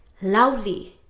loudly